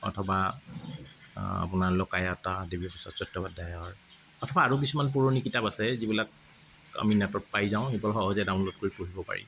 অথবা আপোনাৰ 'লোকায়াতা' দেবিপ্ৰসাদ চট্টোপাধ্যায়ৰ অথবা আৰু কিছুমান পুৰণি কিতাপ আছে যিবিলাক আমি নেটত পাই যাওঁ সেইবোৰ সহজে ডাউনলোড কৰি পঢ়িব পাৰি